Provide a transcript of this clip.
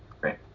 Great